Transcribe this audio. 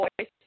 voice